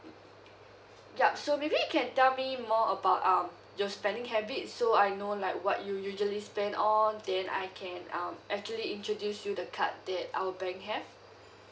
yup so maybe you can tell me more about um your spending habits so I know like what you usually spend on then I can um actually introduce you the card that our break have